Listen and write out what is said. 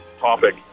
topic